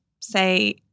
say